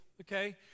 okay